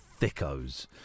thickos